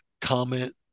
comment